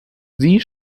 sie